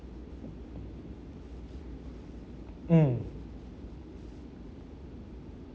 mm